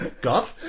God